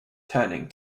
turning